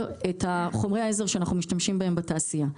את חומרי העזר שאנחנו משתמשים בהם בתעשייה.